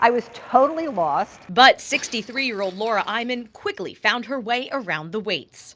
i was totally lost. stephanie but sixty three year old laura eiman quickly found her way around the weights